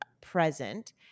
present